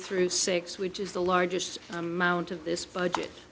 through six which is the largest amount of this budget